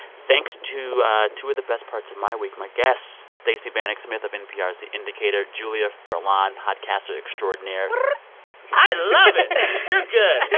thanks to two of the best parts of my week, my guests stacey vanek smith of npr's the indicator, julia furlan, podcaster extraordinaire brrrr i love it you're good